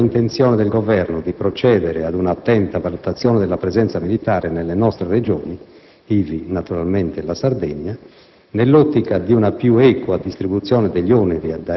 In tale sede è stata sottolineata la ferma intenzione del Governo di procedere ad un'attenta valutazione della presenza militare nelle nostre Regioni - ivi compresa naturalmente la Sardegna